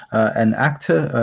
an actor,